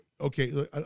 okay